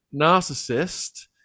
narcissist